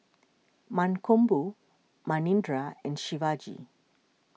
Mankombu Manindra and Shivaji